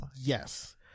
Yes